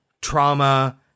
trauma